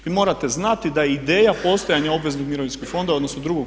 Vi morate znati da je ideja postojanja obveznih mirovinskih fondova, odnosno II.